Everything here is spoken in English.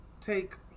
take